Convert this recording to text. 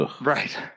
Right